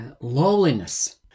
lowliness